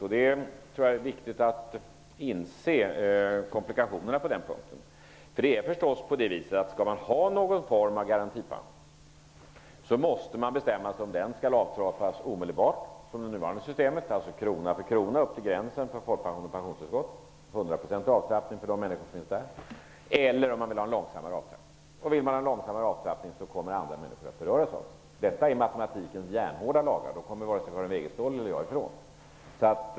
Jag tror att det är viktigt att inse komplikationerna på den punkten. Skall man ha någon form av garantipension, måste man bestämma sig för om den skall avtrappas omedelbart, som i det nuvarande systemet, alltså krona för krona upp till gränsen för folkpension och pensionstillskott, 100 % avtrappning för de människor det gäller, eller om man vill ha en långsammare avtrappning. Vill man ha en långsammare avtrappning, kommer andra människor att beröras av den. Detta är matematikens järnhårda lagar. Dem kommer varken Karin Wegestål eller jag ifrån.